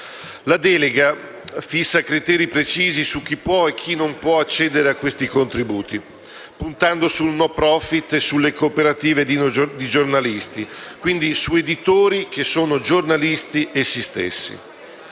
La delega fissa criteri precisi su chi può e chi non può accedere ai contributi, puntando sul *non profit* e sulle cooperative di giornalisti, quindi su editori che sono giornalisti essi stessi.